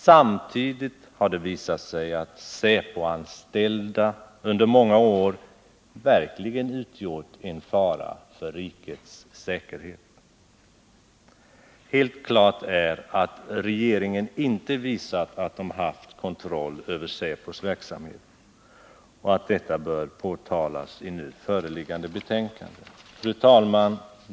Samtidigt har det emellertid visat sig att säpoanställda under många år verkligen har utgjort en fara för rikets säkerhet. Helt klart är att regeringen inte visat att den haft kontroll över säpos verksamhet och att detta bör påtalas i nu föreliggande betänkande. Fru talman!